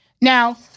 Now